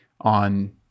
on